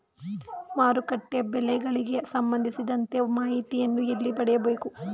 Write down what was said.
ಮಾರುಕಟ್ಟೆ ಬೆಲೆಗಳಿಗೆ ಸಂಬಂಧಿಸಿದಂತೆ ಮಾಹಿತಿಯನ್ನು ಎಲ್ಲಿ ಪಡೆಯಬೇಕು?